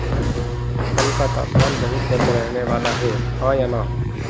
कल का तापमान बहुत गर्म रहने वाला है हाँ या ना